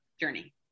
journey